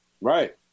Right